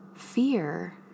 Fear